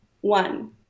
one